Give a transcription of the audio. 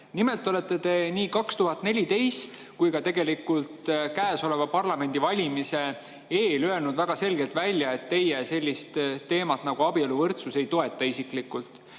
Nimelt olete te nii 2014 kui ka tegelikult käesoleva parlamendi valimise eel öelnud väga selgelt välja, et teie sellist teemat nagu abieluvõrdsus isiklikult